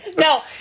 No